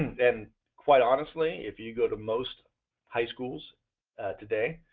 and quite honestly, if you go to most high schools today,